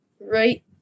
Right